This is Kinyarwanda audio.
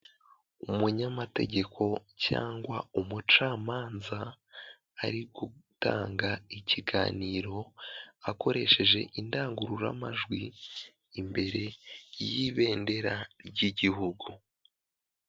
Umunyamategeko cyangwa umucamanza ari gutanga ikiganiro akoresheje indangururamajwi imbere y'ibendera ry'igihugu.